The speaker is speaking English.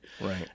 Right